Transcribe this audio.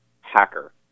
hacker